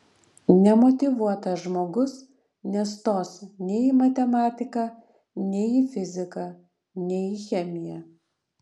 nemotyvuotas žmogus nestos nei į matematiką nei į fiziką nei į chemiją